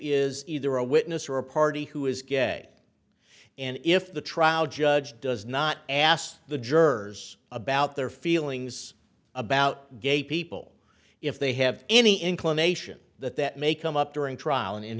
is either a witness or a party who is gay and if the trial judge does not asked the jurors about their feelings about gay people if they have any inclination that that may come up during trial